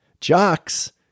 Jocks